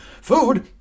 Food